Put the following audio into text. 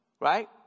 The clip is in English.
right